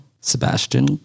Sebastian